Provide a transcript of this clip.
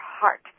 heart